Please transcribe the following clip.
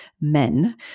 Men